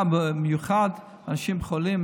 במיוחד אנשים חולים,